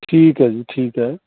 ਠੀਕ ਹੈ ਜੀ ਠੀਕ ਹੈ